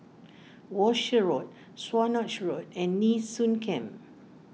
Walshe Road Swanage Road and Nee Soon Camp